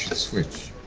switch.